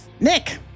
Nick